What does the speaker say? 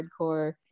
hardcore